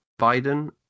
Biden